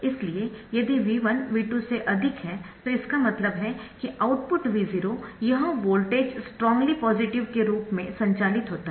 इसलिए यदि V1 V2 से अधिक है तो इसका मतलब है कि आउटपुट V0 यह वोल्टेज स्ट्रॉन्ग्ली पॉजिटिव रूप से संचालित होता है